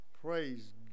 Praise